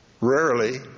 Rarely